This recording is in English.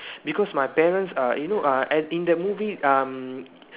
because my parents uh you know uh at in that movie um